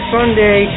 Sunday